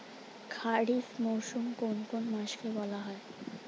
খারিফ মরশুম কোন কোন মাসকে বলা হয়?